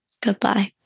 goodbye